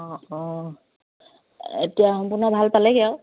অঁ অঁ এতিয়া সম্পূৰ্ণ ভাল পালেগৈ আৰু